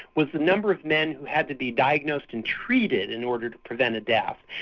was the number of men who had to be diagnosed and treated in order to prevent a death,